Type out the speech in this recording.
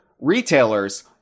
retailers